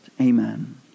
Amen